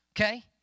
okay